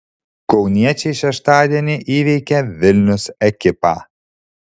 kauniečiai šeštadienį įveikė vilnius ekipą